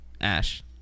Ash